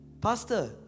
Pastor